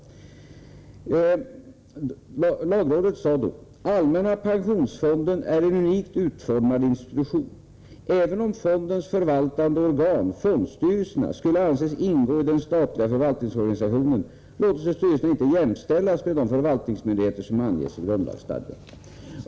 Lagrådet sade då: Allmänna pensionsfonden är en unikt utformad institution. Även om fondens förvaltande organ, fondstyrelserna, skulle anses ingå i den statliga förvaltningsorganisationen, låter sig styrelsen inte jämställas med de förvaltningsmyndigheter som anges i grundlagsstadgan.